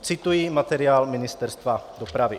Cituji materiál Ministerstva dopravy.